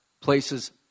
places